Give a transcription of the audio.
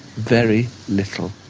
very little.